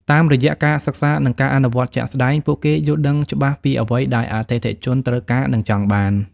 តាមរយៈការសិក្សា និងការអនុវត្តជាក់ស្តែង ពួកគេយល់ដឹងច្បាស់ពីអ្វីដែលអតិថិជនត្រូវការ និងចង់បាន។